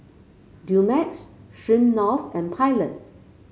Dumex Smirnoff and Pilot